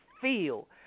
feel